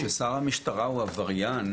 אבל כששר המשטרה הוא עבריין,